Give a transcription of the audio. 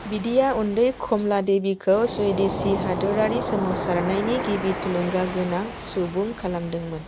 बिदिया उन्दै कमला देबिखौ स्वदेशी हादोरारि सोमावसारनायनि गिबि थुलुंगा गोनां सुबुं खालामदोंमोन